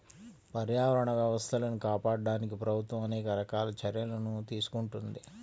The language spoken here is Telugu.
పర్యావరణ వ్యవస్థలను కాపాడడానికి ప్రభుత్వం అనేక రకాల చర్యలను తీసుకుంటున్నది